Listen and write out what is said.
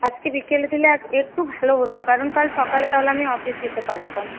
আজকে বিকেলে দিলে একটু ভালো হত কারণ কাল সকালে তাহলে আমি অফিস যেতে পারতাম